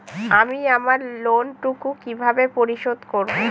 আমি আমার লোন টুকু কিভাবে পরিশোধ করব?